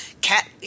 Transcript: cat